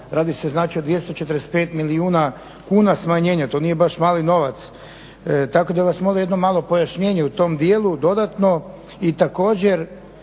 Radi se o 245 milijuna kuna smanjenja, to nije baš mali novac. Tako da vas molim jedno malo pojašnjenje u tom dijelu dodatno. I također